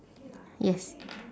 yes